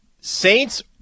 Saints